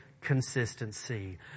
consistency